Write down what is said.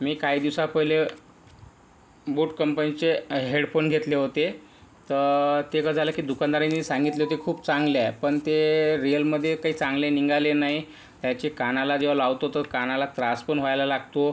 मी काही दिवसा पहिले बोट कंपनीचे हेडफोन घेतले होते तर ते कसं झालं की दुकानदारानी सांगितलं ते खूप चांगले आहे पण ते रियल मध्ये काही चांगले निघाले नाही त्याचे कानाला जेव्हा लावतो तर कानाला त्रास पण व्हायला लागतो